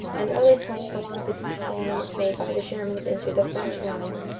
and other points along the deep salient made by the germans into the french lines,